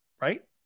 right